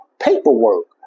paperwork